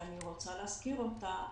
ואני רוצה להזכיר אותה,